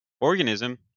Organism